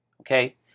Okay